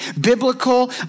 biblical